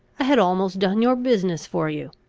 i had almost done your business for you!